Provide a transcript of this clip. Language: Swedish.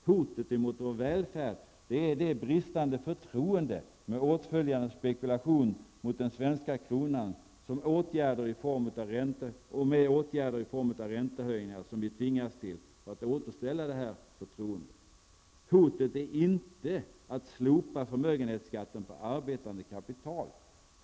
Hotet mot vår välfärd är det bristande förtroendet, med åtföljande spekulation beträffande den svenska kronan och åtgärder i form av räntehöjning som vi tvingas till för att återskapa ett förtroende. Hotet är inte att vi slopar förmögenhetsskatten på arbetande kapital.